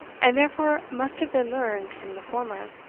and therefore must have been learned from the former.